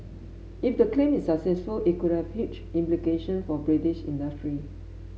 if the claim is successful it could have huge implication for British industry